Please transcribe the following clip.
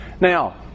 Now